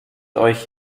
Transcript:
euch